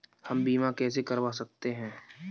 हम बीमा कैसे करवा सकते हैं?